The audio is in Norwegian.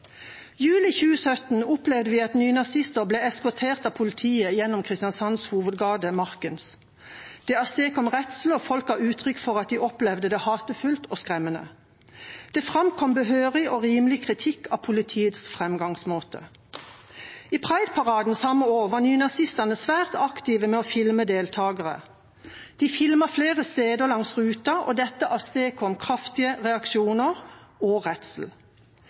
Juli 2017 opplevde vi at nynazister ble eskortert av politiet gjennom Kristiansands hovedgate, Markens. Det avstedkom redsel, og folk ga uttrykk for at de opplevde det hatefullt og skremmende. Det framkom behørig og rimelig kritikk av politiets framgangsmåte. I Prideparaden samme år var nynazistene svært aktive med å filme deltakere. De filmet flere steder langs ruta, og dette avstedkom kraftige reaksjoner og redsel.